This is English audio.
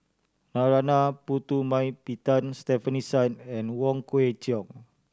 Narana Putumaippittan Stefanie Sun and Wong Kwei Cheong